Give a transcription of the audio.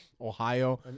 Ohio